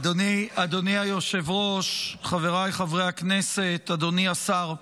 אדוני היושב-ראש, חבריי חברי הכנסת, אדוני השר,